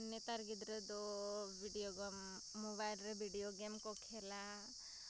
ᱱᱮᱛᱟᱨ ᱜᱤᱫᱽᱨᱟᱹᱫᱚ video game ᱢᱳᱵᱟᱭᱤᱞᱨᱮ ᱵᱤᱰᱤᱭᱳ ᱜᱮᱢᱠᱚ ᱠᱷᱮᱞᱟ